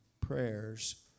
prayers